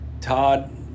Todd